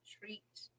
treat